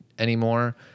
Anymore